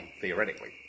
theoretically